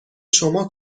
شما